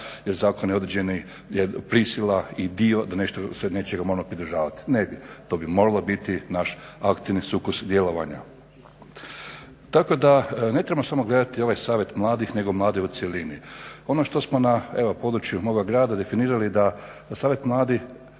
jer zakon je određena prisila i dio da nešto se nečega moramo pridržavati. Ne bi, to bi moralo biti naš aktivni sukus djelovanja. Tako da ne trebamo samo gledati ovaj Savjet mladih nego mlade u cjelini. Ono što smo na evo području moga grada definirali da Savjet mladih,